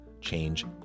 Change